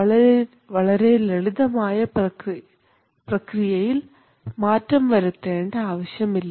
ഈ ലളിതമായ പ്രക്രിയയിൽ മാറ്റം വരുത്തേണ്ട ആവശ്യമില്ല